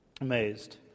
amazed